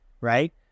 Right